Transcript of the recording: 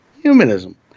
humanism